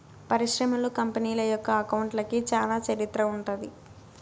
పరిశ్రమలు, కంపెనీల యొక్క అకౌంట్లకి చానా చరిత్ర ఉంటది